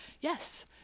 Yes